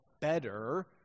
better